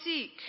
seek